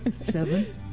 Seven